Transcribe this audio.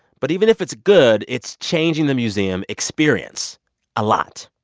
but even if it's good, it's changing the museum experience a lot.